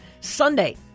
Sunday